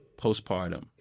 postpartum